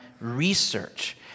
research